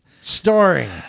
starring